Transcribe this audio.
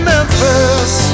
Memphis